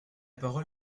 parole